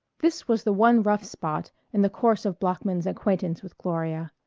this was the one rough spot in the course of bloeckman's acquaintance with gloria.